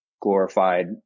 glorified